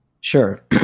Sure